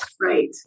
Right